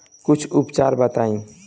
कुछ उपचार बताई?